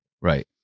Right